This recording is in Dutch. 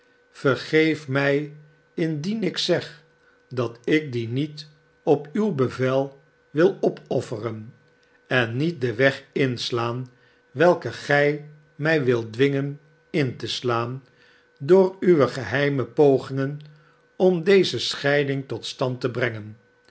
vergeef mij indien ik zeg dat ik die niet op uw bevel wil opofferen en niet den weg inslaan welken gij mij wilt dwingen in te slaan door uwe geheime pogingen om deze scheiding tot stand te brengen